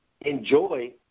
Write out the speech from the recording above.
enjoy